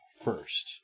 first